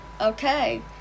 Okay